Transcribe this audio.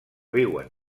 viuen